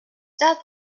that